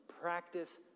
practice